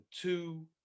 two